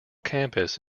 campus